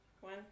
One